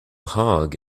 hog